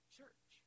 church